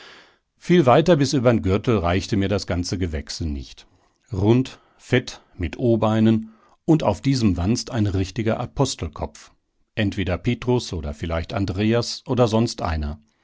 viel weiter wie bis übern gürtel reichte mir das ganze gewächse nicht rund fett mit o beinen und auf diesem wanst ein richtiger apostelkopf entweder petrus oder vielleicht andreas oder sonst einer